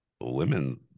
Women